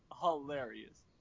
hilarious